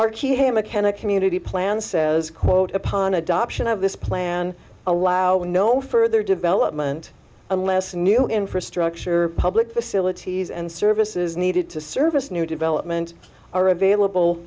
archie hammock henna community plan says quote upon adoption of this plan allow with no further development unless new infrastructure public facilities and services needed to service new development are available